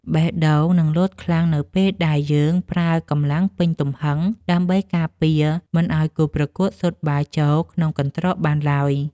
បេះដូងនឹងលោតខ្លាំងនៅពេលដែលយើងប្រើកម្លាំងពេញទំហឹងដើម្បីការពារមិនឱ្យគូប្រកួតស៊ុតបាល់ចូលក្នុងកន្ត្រកបានឡើយ។